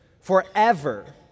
forever